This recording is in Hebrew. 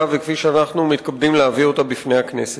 וכפי שאנחנו מתכבדים להביא אותה בפני הכנסת.